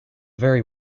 very